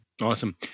Awesome